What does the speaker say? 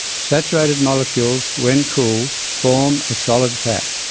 saturated molecules when cool, form a solid fat.